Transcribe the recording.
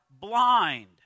blind